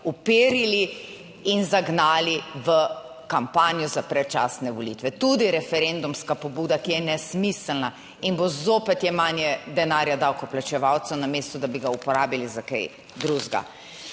uperili in zagnali v kampanjo za predčasne volitve, tudi referendumska pobuda, ki je nesmiselna in bo zopet jemanje denarja davkoplačevalcev, namesto da bi ga uporabili za kaj drugega.